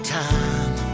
time